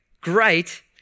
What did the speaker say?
great